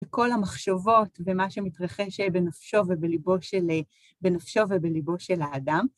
לכל המחשבות ומה שמתרחש בנפשו ובליבו של האדם.